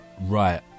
right